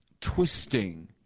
twisting